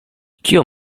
kio